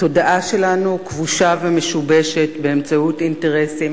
התודעה שלנו כבושה ומשובשת באמצעות אינטרסים